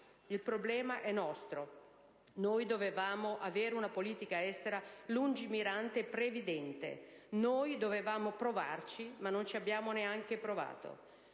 Il problema è nostro. Dovevamo avere una politica estera lungimirante e previdente. Dovevamo provarci, e noi non ci abbiamo neanche provato.